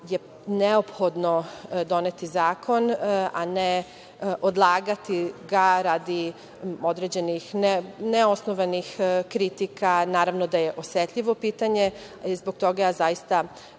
je neophodno doneti zakon, a ne odlagati ga radi određenih neosnovanih kritika. Naravno da je osetljivo pitanje i zbog toga zaista